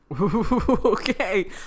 Okay